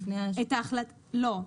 את ההחלטה, לא.